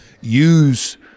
use